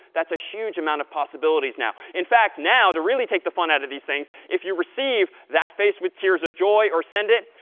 that's a huge amount of possibilities now. in fact, now, to really take the fun out of these things, if you receive that face with tears of joy or send it,